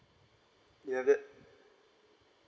you have it